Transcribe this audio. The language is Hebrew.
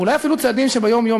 ואולי אפילו צעדים שביום-יום,